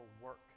work